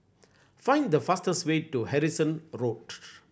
find the fastest way to Harrison Road